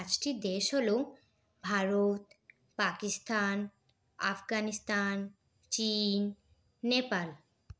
পাঁচটি দেশ হলো ভারত পাকিস্তান আফগানিস্তান চীন নেপাল